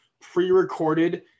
pre-recorded